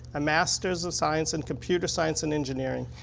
a master's of science in computer science and engineering,